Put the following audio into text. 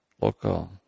local